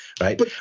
right